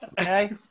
okay